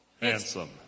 handsome